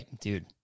dude